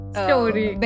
story